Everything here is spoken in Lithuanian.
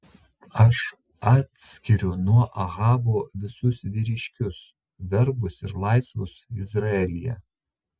aš atkirsiu nuo ahabo visus vyriškius vergus ir laisvus izraelyje